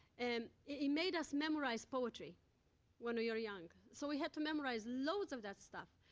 and it made us memorize poetry when we were young. so, we had to memorize loads of that stuff.